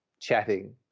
chatting